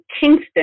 Kingston